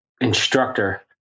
instructor